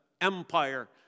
empire